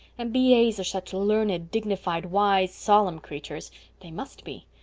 and b a s are such learned, dignified, wise, solemn creatures they must be.